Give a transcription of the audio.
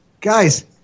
guys